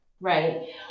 Right